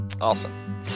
awesome